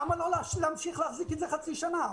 למה לא להמשיך להחזיק את זה חצי שנה?